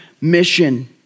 mission